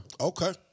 Okay